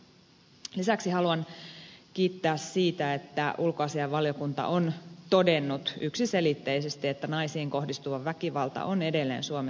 lisäksi haluan kiittää siitä että ulkoasiainvaliokunta on todennut yksiselitteisesti että naisiin kohdistuva väkivalta on edelleen suomessa ihmisoikeusongelma